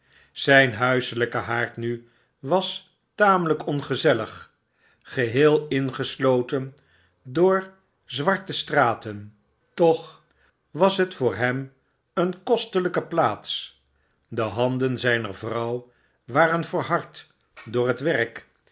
zijn gedachte te verdryven zynhuiselijkehaardnuwastameiijkongezellig geheel ingesloten door zwarte straten toch was het voor hem een kostelyke plaats dehanden zyner vrouw waren verhard door het werk